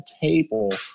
table